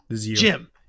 Jim